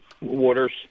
Waters